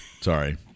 Sorry